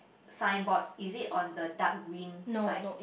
signboard is it on the dark green side